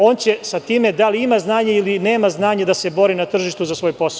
On će sa time da li ima znanje ili nema znanje da se bori na tržištu za svoj posao sutra.